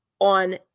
on